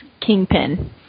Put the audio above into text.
Kingpin